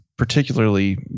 particularly